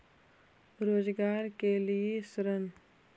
रोजगार के लिए ऋण?